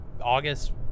August